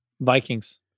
Vikings